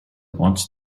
wants